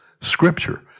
scripture